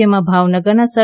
જેમાં ભાવનગરના સર